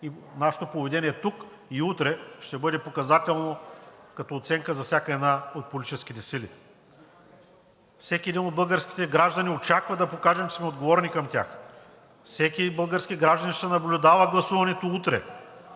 и нашето поведение тук и утре ще бъде показателно като оценка за всяка една от политическите сили. Всеки един от българските граждани очаква да покажем, че сме отговорни към тях. Всеки български гражданин ще наблюдава гласуването утре,